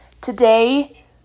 Today